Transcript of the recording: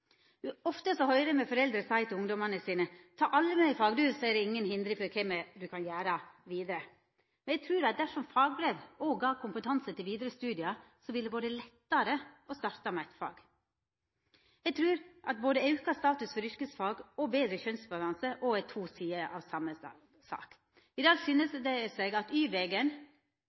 Ofte høyrer me foreldre seia til ungdommen sin: Ta allmennfag, så er det inga hindring for kva du kan gjera vidare. Men eg trur at dersom fagbrev òg gav kompetanse til vidare studiar, ville det ha vore lettare å starta med eit fag. Eg trur at auka status for yrkesfag og betre kjønnsbalanse er to sider av same sak. I dag syner det seg at